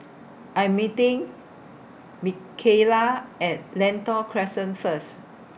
I'm meeting Mikayla At Lentor Crescent First